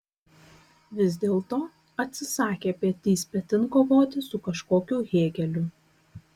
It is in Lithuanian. vis dėlto atsisakė petys petin kovoti su kažkokiu hėgeliu